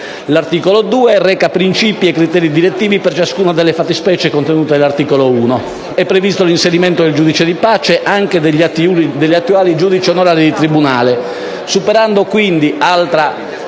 L'articolo 2 reca principi e criteri direttivi per ciascuna delle fattispecie contenute nell'articolo 1. Si prevede l'inserimento nell'ufficio del giudice di pace anche degli attuali giudici onorari di tribunale, superando le distinzioni